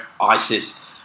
ISIS